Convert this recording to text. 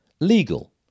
Legal